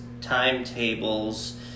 timetables